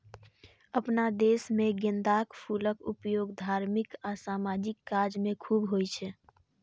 अपना देश मे गेंदाक फूलक उपयोग धार्मिक आ सामाजिक काज मे खूब होइ छै